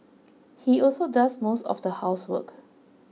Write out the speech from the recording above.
he also does most of the housework